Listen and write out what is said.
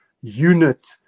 unit